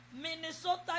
Minnesota